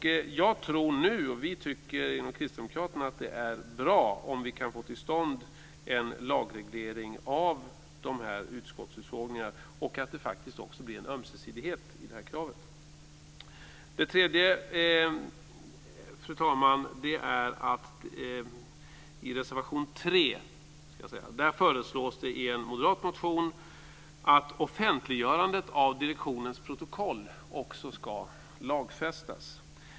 Jag tror nu, och vi tycker inom Kristdemokraterna att det är bra om vi kan få till stånd en lagreglering av de här utskottsutfrågningarna och att det faktiskt också blir en ömsesidighet i det här kravet. I reservation 3, fru talman, föreslås med anledning av en moderat motion att offentliggörandet av direktionens protokoll ska lagfästas.